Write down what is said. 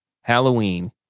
Halloween